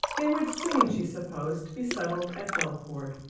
they would soon, she supposed, be settled at delaford